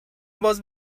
باز